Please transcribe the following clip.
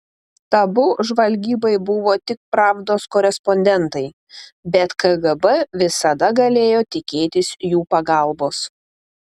tabu žvalgybai buvo tik pravdos korespondentai bet kgb visada galėjo tikėtis jų pagalbos